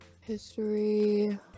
History